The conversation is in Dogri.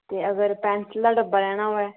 ते अगर पैंसल दा डब्बा लैना होऐ